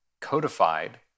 codified